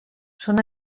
són